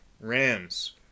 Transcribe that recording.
Rams